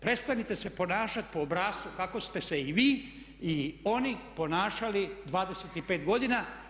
Prestanite se ponašati po obrascu kako ste se i vi i oni ponašali 25 godina.